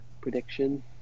prediction